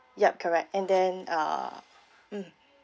yup correct and then uh mm